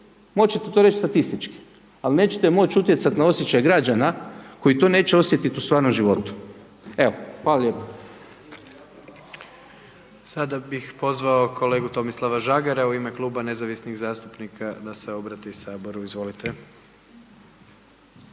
Moć ćete to reći statistički, al nećete moć utjecat na osjećaj građana koji to neće osjetit u stvarnom životu. Evo hvala lijepo. **Jandroković, Gordan (HDZ)** Sada bih pozvao kolegu Tomislava Žagara u ime Kluba nezavisnih zastupnika da se obrati saboru, izvolite.